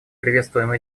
приветствуем